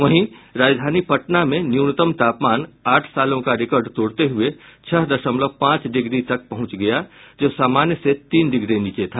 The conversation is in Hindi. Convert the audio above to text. वहीं राजधानी पटना में न्यूनतम तापमान ने आठ सालों का रिकॉर्ड तोड़ते हुये छह दशमलव पांच डिग्री तक पहुंच गया जो समान्य से तीन डिग्री नीचे था